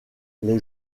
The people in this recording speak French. les